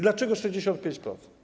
Dlaczego 65%?